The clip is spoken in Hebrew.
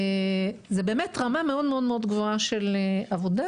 זה באמת רמה מאוד מאוד גבוהה של עבודה,